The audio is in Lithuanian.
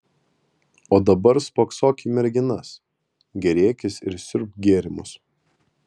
o dabar spoksok į merginas gėrėkis ir siurbk gėrimus